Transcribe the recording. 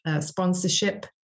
sponsorship